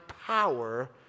power